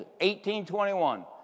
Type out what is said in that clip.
1821